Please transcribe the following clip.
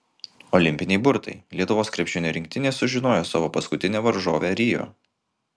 olimpiniai burtai lietuvos krepšinio rinktinė sužinojo savo paskutinę varžovę rio